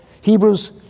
Hebrews